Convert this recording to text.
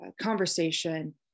conversation